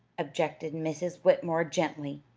objected mrs. whitmore gently.